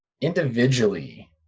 individually